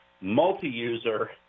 multi-user